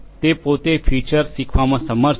તે પોતે ફિચર શીખવામાં સમર્થ છે